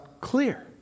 clear